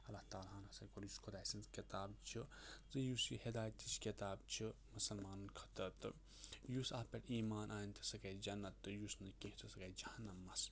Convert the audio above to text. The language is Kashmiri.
اللہ تعلیٰ ہن ہَسا کوٚر یُس خۄداے سٕنٛز کِتاب چھِ تہٕ یُس یہِ ہدایتٕچ کِتاب چھُ مُسلمانَن خٲطرٕ تہٕ یُس اَتھ پٮ۪ٹھ ایمان اَنہِ تہٕ سُہ گژھِ جَنت تہٕ یُس نہٕ کینٛہہ تہٕ سُہ گَژھِ جہنَمَس